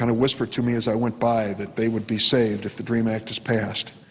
kind of whisper to me as i went by that they would be saved if the dream act is passed.